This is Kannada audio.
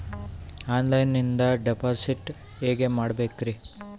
ಆನ್ಲೈನಿಂದ ಡಿಪಾಸಿಟ್ ಹೇಗೆ ಮಾಡಬೇಕ್ರಿ?